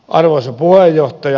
arvoisa puheenjohtaja